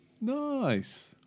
Nice